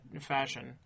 fashion